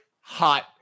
hot